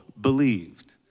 believed